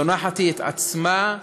זונחת היא את עצמה,